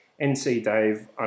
NCDave